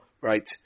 Right